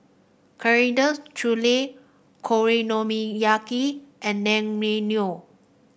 Coriander Chutney Okonomiyaki and Naengmyeon